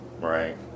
Right